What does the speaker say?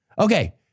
Okay